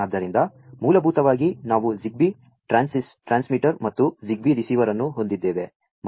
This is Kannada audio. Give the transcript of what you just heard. ಆದ್ದರಿಂ ದ ಮೂ ಲಭೂ ತವಾ ಗಿ ನಾ ವು ZigBee ಟ್ರಾ ನ್ಸ್ಮಿ ಟರ್ ಮತ್ತು ಜಿಗ್ಬೀ ರಿಸೀ ವರ್ ಅನ್ನು ಹೊಂ ದಿದ್ದೇ ವೆ